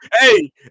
Hey